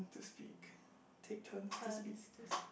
to speak take turn to speak